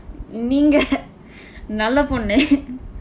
நீங்க நல்ல பொண்ணு:niingka nalla ponnu